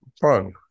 fun